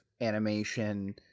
animation